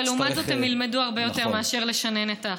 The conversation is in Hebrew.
אבל לעומת זאת הם ילמדו הרבה יותר מאשר לשנן את החומר.